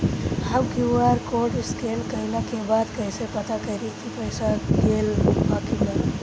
हम QR code scan कइला के बाद कइसे पता करि की पईसा गेल बा की न?